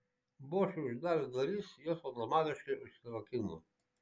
bošui uždarius duris jos automatiškai užsirakino